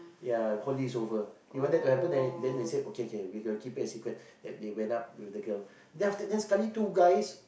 ya holidays over he wanted to happen then they say okay kay we can keep it a secret then they went up with the girl then after that then sekali two guys